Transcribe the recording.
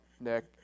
Nick